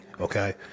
okay